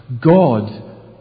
God